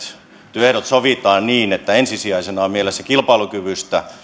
työehdot sovitaan niin että ensisijaisena on mielessä kilpailukyvystä